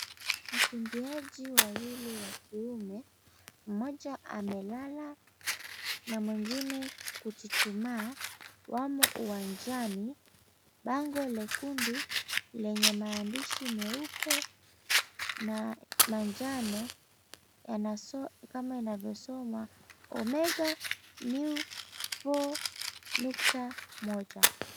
Wakimbiaji wawili wa kiume, mmoja amelala na mwengine kuchuchumaa wamo uwanjani, bango lekundu lenye maandishi meupe na manjano kama inavyosoma, Omega New Four.1.